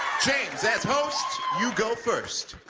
james, as host, you go first.